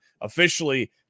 officially